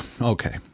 okay